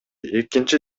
экинчи